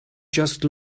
just